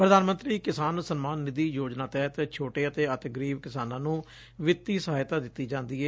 ਪ੍ਰਧਾਨ ਮੰਤਰੀ ਕਿਸਾਨ ਸਨਮਾਨ ਨਿੱਧੀ ਯੋਜਨਾ ਤਹਿਤ ਛੋਟੇ ਅਤੇ ਅਤਿ ਗਰੀਬ ਕਿਸਾਨਾਂ ਨੂੰ ਵਿੱਤੀ ਸਹਾਇਤਾ ਦਿੱਤੀ ਜਾਂਦੀ ਏ